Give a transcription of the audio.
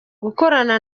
gukorana